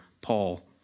Paul